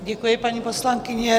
Děkuji, paní poslankyně.